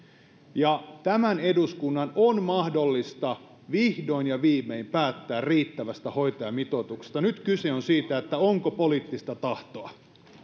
ja tämän eduskunnan on mahdollista vihdoin ja viimein päättää riittävästä hoitajamitoituksesta nyt kyse on siitä onko poliittista tahtoa